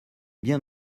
bien